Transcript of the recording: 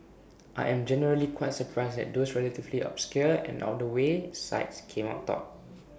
I am generally quite surprised that those relatively obscure and out the way sites came out top